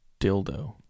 Dildo